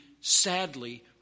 sadly